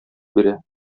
бирә